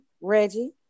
Reggie